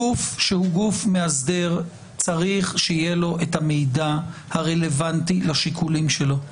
גוף שהוא גוף מאסדר צריך שיהיה לו את המידע הרלוונטי לשיקולים שלו.